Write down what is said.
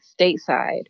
stateside